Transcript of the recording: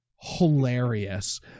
hilarious